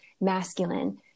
masculine